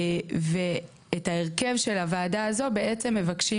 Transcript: את ההרכב של הוועדה הזו בעצם מבקשים